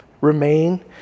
Remain